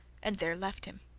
and there left him.